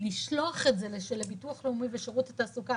לשלוח את זה לביטוח לאומי ולשירות התעסוקה,